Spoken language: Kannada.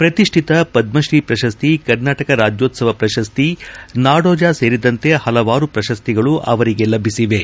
ಪ್ರತಿಷ್ಠಿತ ಪದ್ರತ್ರೀ ಪ್ರಶಸ್ತಿ ಕರ್ನಾಟಕ ರಾಜ್ಯೋತ್ಸವ ಪ್ರಶಸ್ತಿ ನಾಡೋಜ ಸೇರಿದಂತೆ ಪಲವಾರು ಪ್ರಶಸ್ತಿಗಳು ಅವರಿಗೆ ಲಭಿಸಿವೆ